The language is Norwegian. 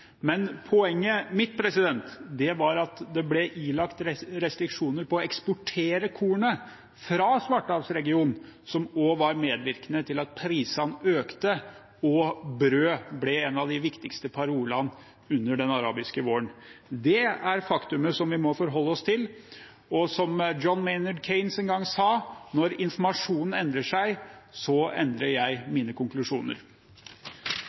Poenget mitt var at det ble lagt restriksjoner på å eksportere korn fra Svartehavsregionen, noe som var medvirkende til at prisene økte og brød ble en av de viktigste parolene under den arabiske våren. Det er faktumet som vi må forholde oss til. Som John Maynard Keynes en gang sa: Når informasjonen endrer seg, endrer jeg